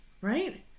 Right